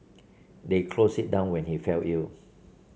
they closed it down when he fell ill